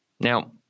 Now